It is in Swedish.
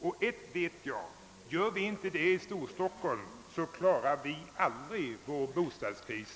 Och ett vet jag: gör vi inte det i Storstockholm klarar vi aldrig vår bostadskris.